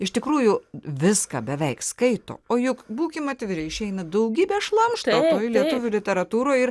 iš tikrųjų viską beveik skaito o juk būkim atviri išeina daugybė šlamšto toj lietuvių literatūroj ir